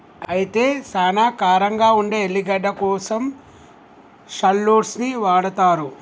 అయితే సానా కారంగా ఉండే ఎల్లిగడ్డ కోసం షాల్లోట్స్ ని వాడతారు